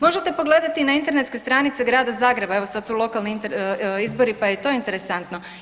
Možete pogledati na internetskoj stranici grada Zagreba, evo sad su lokalni izbori pa je i to interesantno.